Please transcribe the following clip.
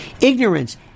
Ignorance